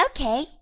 Okay